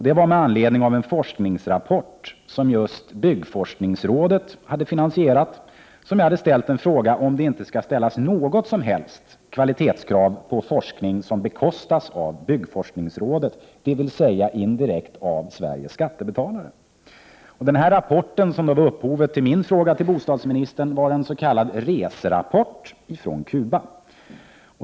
Det var med anledning av en forskningsrapport, som just byggforskningsrådet hade finansierat, som jag hade ställt en fråga om huruvida det inte skall ställas något som helst kvalitetskrav på forskning som bekostas av byggforskningsrådet, dvs. indirekt av Sveriges skattebetalare. Den rapport som var upphov till min fråga till bostadsministern var en s.k. reserapport från Cuba.